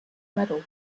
medal